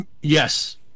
Yes